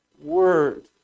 word